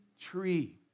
tree